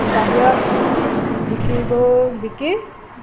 বাহিৰত বিকিবও বিক্ৰী